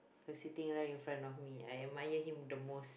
who's sitting right in front of me I admire him the most